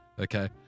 okay